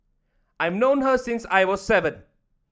I've known her since I was seven